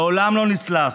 לעולם לא נסלח.